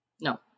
No